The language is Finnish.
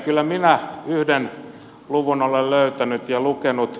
kyllä minä yhden luvun olen löytänyt ja lukenut